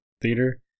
theater